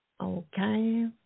Okay